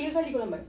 tiga kali kau lambat